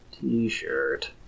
t-shirt